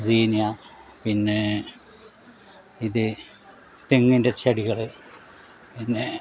സീനിയ പിന്നെ ഇത് തെങ്ങിൻ്റെ ചെടികൾ പിന്നെ